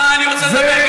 גם אני רוצה לדבר,